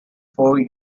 four